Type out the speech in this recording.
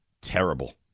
terrible